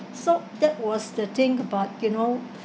so that was the thing about you know